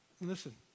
Listen